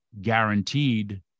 guaranteed